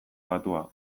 batua